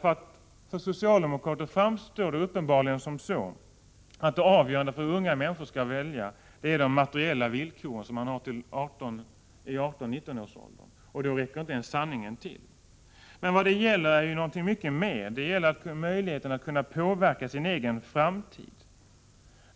För socialdemokrater framstår uppenbarligen de materiella villkoren i 18-19-årsåldern som avgörande för hur unga människor skall välja — och då räcker inte ens sanningen till. Men det handlar om någonting mycket mer: möjligheten att kunna påverka sin egen framtid.